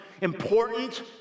important